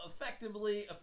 effectively